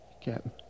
Captain